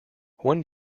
one